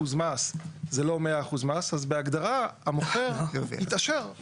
מס זה לא 100% מס אז בהגדרה המוכר התעשר.